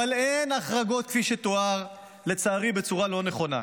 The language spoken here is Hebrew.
אבל אין החרגות כפי שתואר, לצערי, בצורה לא נכונה.